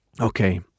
okay